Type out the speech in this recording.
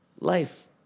Life